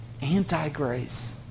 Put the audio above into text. anti-grace